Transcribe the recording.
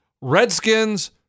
Redskins